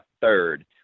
third